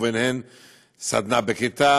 ובהן סדנה בכיתה,